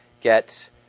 get